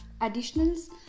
additionals